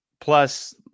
Plus